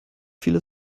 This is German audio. viele